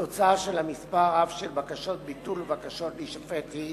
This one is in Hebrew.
התוצאה של המספר הרב של בקשות ביטול ובקשות להישפט היא